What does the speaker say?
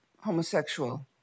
homosexual